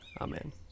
Amen